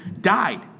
died